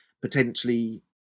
potentially